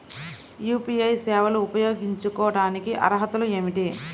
UPI సేవలు ఉపయోగించుకోటానికి అర్హతలు ఏమిటీ?